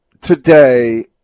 today